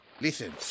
Listen